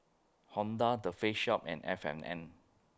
Honda The Face Shop and F and N